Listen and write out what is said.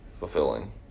fulfilling